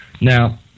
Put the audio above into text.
Now